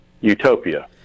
utopia